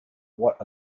what